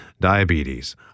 diabetes